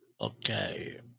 Okay